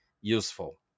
useful